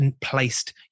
placed